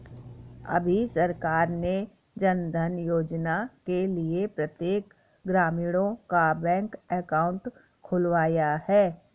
अभी सरकार ने जनधन योजना के लिए प्रत्येक ग्रामीणों का बैंक अकाउंट खुलवाया है